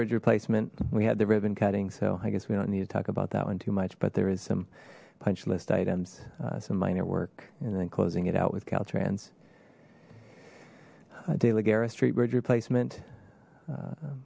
bridge replacement we had the ribbon cutting so i guess we don't need to talk about that one too much but there is some punch list items some minor work and then closing it out with caltrans de la guerra street bridge replacement